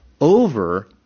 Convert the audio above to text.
over